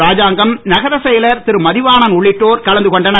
ராஜாங்கம் நகரச் செயலர் திருமதிவாணன் உள்ளிட்டோர் கலந்துகொண்டனர்